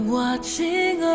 watching